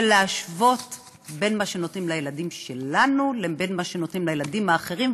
להשוות את מה שנותנים לילדים שלנו למה שנותנים לילדים האחרים,